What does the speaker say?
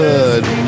Good